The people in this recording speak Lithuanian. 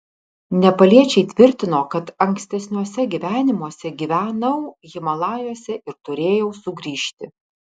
nepaliečiai tvirtino kad ankstesniuose gyvenimuose gyvenau himalajuose ir turėjau sugrįžti